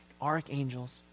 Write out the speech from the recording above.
archangels